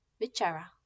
Vichara